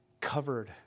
covered